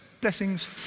blessings